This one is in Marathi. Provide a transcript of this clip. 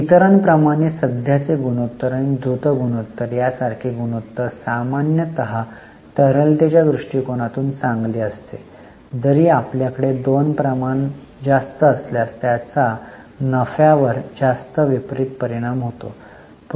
इतरांप्रमाणे सध्याचे आणि द्रुत गुणोत्तर यासारखे गुणोत्तर सामान्यत तरलतेच्या दृष्टिकनातून चांगले असते जरी आपल्याकडे दोन प्रमाण जास्त असल्यास त्याचा नफावर विपरीत परिणाम होतो